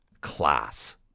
Class